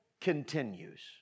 continues